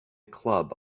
club